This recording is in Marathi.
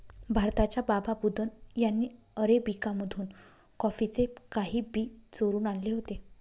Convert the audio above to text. भारताच्या बाबा बुदन यांनी अरेबिका मधून कॉफीचे काही बी चोरून आणले होते